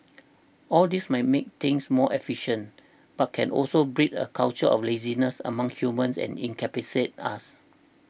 all this might make things more efficient but can also breed a culture of laziness among humans and incapacitate us